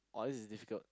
!wah! this is difficult